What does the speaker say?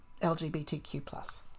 LGBTQ+